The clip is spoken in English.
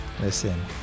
listen